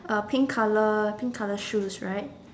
uh pink colour pink colour shoes right